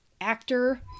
actor